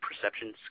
perception